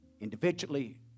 individually